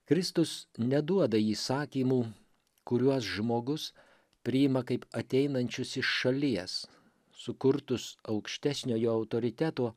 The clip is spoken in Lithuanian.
kristus neduoda įsakymų kuriuos žmogus priima kaip ateinančius iš šalies sukurtus aukštesniojo autoriteto